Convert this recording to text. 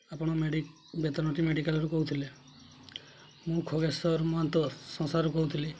ଆପଣ ବେତନଠୁ ମେଡ଼ିକାଲ୍ରୁ କହୁଥିଲେ ମୁଁ ଖଗେଶ୍ୱର ମହାନ୍ତ ସଂସାରରୁ କହୁଥିଲି